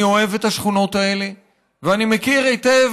אני אוהב את השכונות האלה ואני מכיר היטב